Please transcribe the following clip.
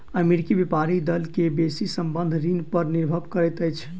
अमेरिकी व्यापारी दल के बेसी संबंद्ध ऋण पर निर्भर करैत अछि